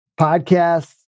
podcasts